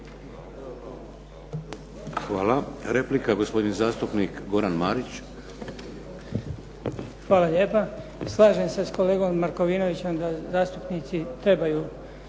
Hvala. Replika, gospodin zastupnik Goran Marić. **Marić, Goran (HDZ)** Hvala lijepa. Slažem se s kolegom Markovinovićem da zastupnici trebaju